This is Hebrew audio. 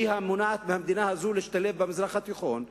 והיא המונעת מהמדינה הזאת להשתלב במזרח התיכון.